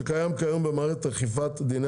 ד.ב) שקיים כיום במערכת אכיפת דיני